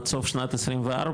עד סוף שנת 24,